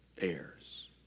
heirs